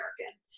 American